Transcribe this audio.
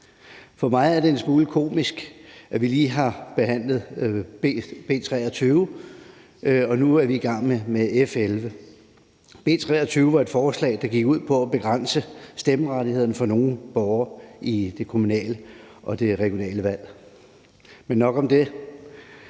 For mig er det en smule komisk, at vi lige har behandlet B 23 og vi nu er i gang med F 11; B 23 var et forslag, der gik ud på at begrænse stemmerettighederne for nogle borgere ved de kommunale og de regionale valg, men nok om det.